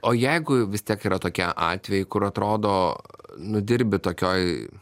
o jeigu vis tiek yra tokie atvejai kur atrodo nu dirbi tokioj